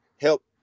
help